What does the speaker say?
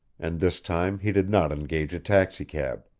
and this time he did not engage a taxicab.